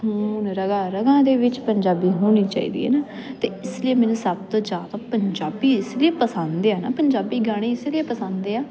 ਖੂਨ ਰਗਾਂ ਰਗਾਂ ਦੇ ਵਿੱਚ ਪੰਜਾਬੀ ਹੋਣੀ ਚਾਹੀਦੀ ਹੈ ਨਾ ਅਤੇ ਇਸ ਲਈ ਮੈਨੂੰ ਸਭ ਤੋਂ ਜ਼ਿਆਦਾ ਪੰਜਾਬੀ ਇਸ ਲਈ ਪਸੰਦ ਆ ਨਾ ਪੰਜਾਬੀ ਗਾਣੇ ਇਸ ਲਈ ਪਸੰਦ ਆ